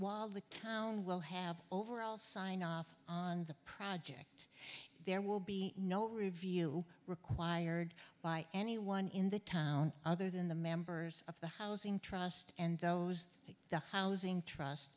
while the town will have overall sign off on the project there will be no review required by anyone in the town other than the members of the housing trust and those like the housing trust